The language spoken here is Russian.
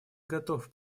готов